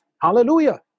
Hallelujah